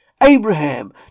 Abraham